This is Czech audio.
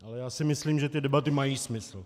Ale já si myslím, že ty debaty mají smysl.